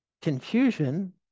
confusion